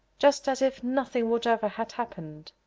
just as if nothing whatever had happened.